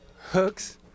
hooks